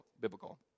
biblical